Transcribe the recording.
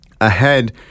ahead